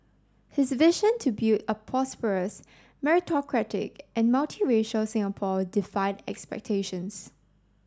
his vision to build a prosperous meritocratic and multiracial Singapore defied expectations